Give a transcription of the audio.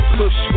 push